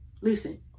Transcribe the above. Listen